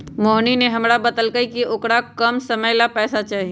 मोहिनी ने हमरा बतल कई कि औकरा कम समय ला पैसे चहि